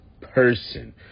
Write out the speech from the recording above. person